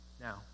now